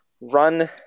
run